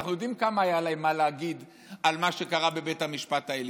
אנחנו יודעים כמה היה להם להגיד על מה שקרה בבית המשפט העליון,